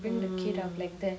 mm